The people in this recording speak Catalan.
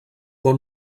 bon